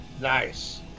Nice